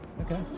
Okay